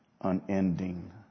unending